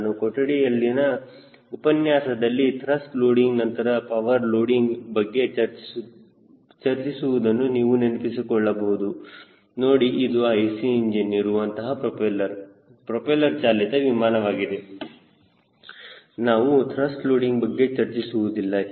ನಾವು ಕೊಠಡಿಯಲ್ಲಿನ ಉಪನ್ಯಾಸದಲ್ಲಿ ತ್ರಸ್ಟ್ ಲೋಡಿಂಗ್ನಂತರ ಪವರ್ ಲೋಡಿಂಗ್ ಬಗ್ಗೆ ಚರ್ಚಿಸುವುದನ್ನು ನೀವು ನೆನಪಿಸಿಕೊಳ್ಳಬಹುದು ನೋಡಿ ಇದು IC ಇಂಜಿನ್ ಇರುವಂತಹ ಪ್ರೊಪೆಲ್ಲರ್ ಚಾಲಿತ ವಿಮಾನವಾಗಿದೆ ನಾವು ತ್ರಸ್ಟ್ ಲೋಡಿಂಗ್ ಬಗ್ಗೆ ಚರ್ಚಿಸುವುದಿಲ್ಲ